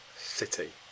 City